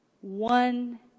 One